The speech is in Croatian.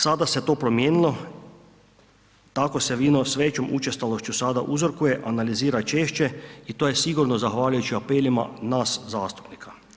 Sada se to promijenilo, takvo se vino, s većom učestalošću sada uzrokuje, analizira češće i to je sigurno zahvaljujući apelima nas zastupnika.